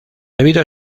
debido